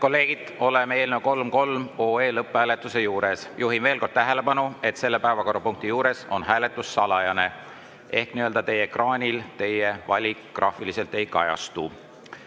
Head kolleegid, oleme eelnõu 333 lõpphääletuse juures. Juhin veel kord tähelepanu, et selle päevakorrapunkti juures on hääletus salajane ehk ekraanil teie valik graafiliselt ei kajastu. Panen